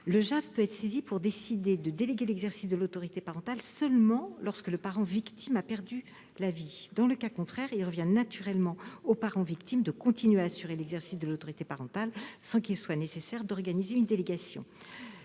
peut être saisi pour décider de déléguer l'exercice de l'autorité parentale seulement lorsque le parent victime a perdu la vie. Dans le cas contraire, il revient naturellement au parent victime de continuer à assurer l'exercice de l'autorité parentale, sans qu'il soit nécessaire d'organiser une délégation.